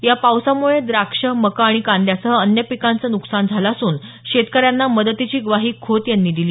या पावसामुळे द्राक्ष मका आणि कांद्यासह अन्य पिकांचं नुकसान झालं असून शेतकऱ्यांना मदतीची ग्वाही खोत यांनी दिली